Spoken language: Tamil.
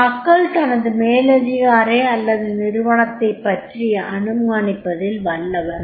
மக்கள் தனது மேலதிகாரி அல்லது நிறுவனத்தைப் பற்றி அனுமானிப்பதில் வல்லவர்கள்